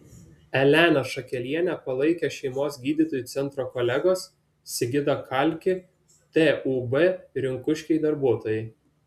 eleną šakelienę palaikė šeimos gydytojų centro kolegos sigitą kalkį tūb rinkuškiai darbuotojai